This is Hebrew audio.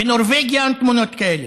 בנורבגיה אין תמונות כאלה.